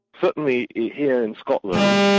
certainly here in scotland,